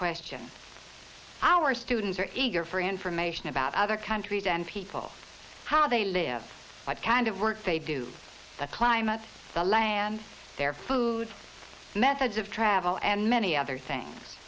question our students are eager for information about other countries and people how they live what kind of work they do the climates the lands their foods methods of travel and many other things